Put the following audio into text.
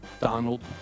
Donald